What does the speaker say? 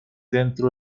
dentro